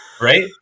right